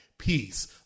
Peace